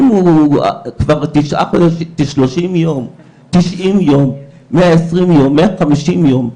אם הוא כבר 30 יום, 90 יום, 120 יום, 150 יום,